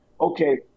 okay